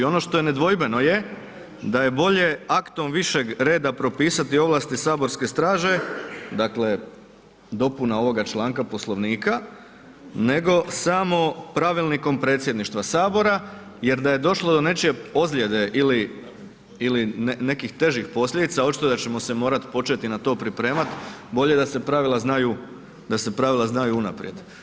Ono što je nedvojbeno je da je bolje aktom višeg reda propisati ovlasti saborske straže, dakle dopuna ovoga članka Poslovnika, nego samo Pravilnikom predsjedništava sabora, jer da je došlo do nečije ozljede ili nekih težih posljedica, očito da ćemo se morat počet i na to pripremat, bolje da se pravila znaju unaprijed.